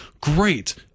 great